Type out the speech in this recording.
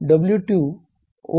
W2 O1